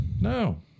No